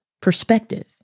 perspective